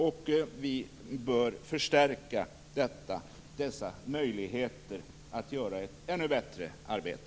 Vi bör förstärka dessa möjligheter att göra ett ännu bättre arbete.